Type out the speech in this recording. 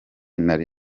nari